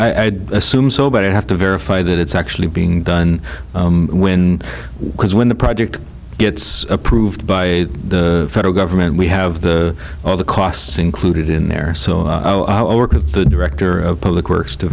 i'd assume so but i have to verify that it's actually being done when because when the project gets approved by the federal government we have the all the costs included in there so i'll work with the director of public works to